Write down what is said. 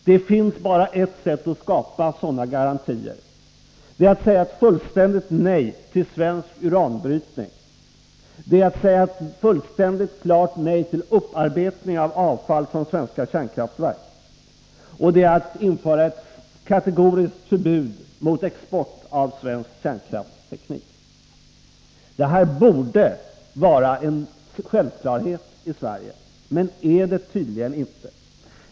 Det finns bara ett sätt att skapa sådana garantier: att säga ett klart nej till svensk uranbrytning, vidare att säga ett fullständigt klart nej till upparbetning av avfall från svenska kärnkraftverk samt att införa ett kategoriskt förbud mot export av svensk kärnkraftsteknik. Detta borde vara en självklarhet i Sverige, men är det tydligen inte.